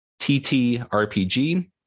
TTRPG